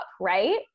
right